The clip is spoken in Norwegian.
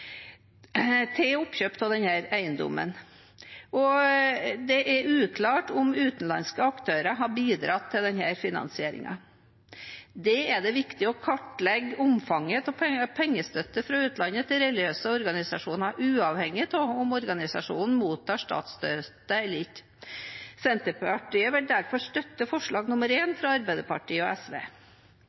til oppkjøp av denne eiendommen. Det er uklart om utenlandske aktører har bidratt til denne finansieringen. Det er viktig å kartlegge omfanget av pengestøtte fra utlandet til religiøse organisasjoner, uavhengig av om organisasjonen mottar statsstøtte eller ikke. Senterpartiet vil derfor støtte forslag nr. 1, fra Arbeiderpartiet og SV.